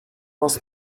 was